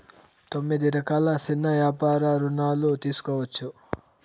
తొమ్మిది రకాల సిన్న యాపార రుణాలు తీసుకోవచ్చు